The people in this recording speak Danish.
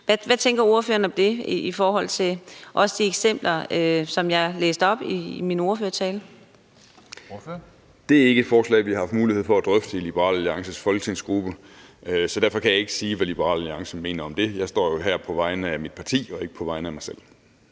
Kristensen): Ordføreren. Kl. 20:11 Ole Birk Olesen (LA): Det er ikke et forslag, vi har haft mulighed for at drøfte i Liberal Alliances folketingsgruppe. Derfor kan jeg ikke sige, hvad Liberal Alliance mener om det. Jeg står her på vegne af mit parti og ikke på vegne af mig selv.